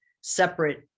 separate